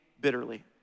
bitterly